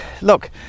look